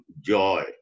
joy